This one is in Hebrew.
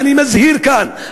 אני מזהיר כאן,